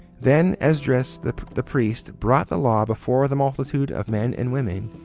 then esdras the the priest brought the law before the multitude of men and women,